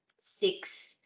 six